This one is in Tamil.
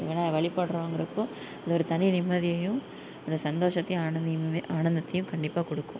விநா வழிப்படுறோங்குறப்போ அது ஒரு தனி நிம்மதியும் அந்த சந்தோஷத்தையும் ஆனந்தையும் ஆனந்தந்தையும் கண்டிப்பாக கொடுக்கும்